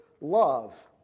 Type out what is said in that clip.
love